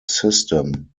system